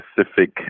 specific